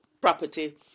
property